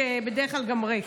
שבדרך כלל גם ריק.